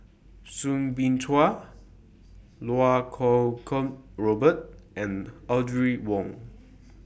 Soo Bin Chua Iau Kuo Kwong Robert and Audrey Wong